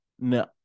No